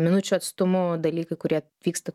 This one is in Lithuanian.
minučių atstumu dalykai kurie vyksta